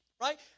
Right